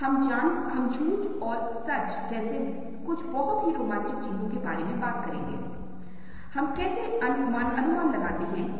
इसलिए यह देखें कि आप इसमें शामिल होंगे और आप बहुत सारी अलग अलग चीजों को देख रहे होंगे जो आपको याद नहीं होंगे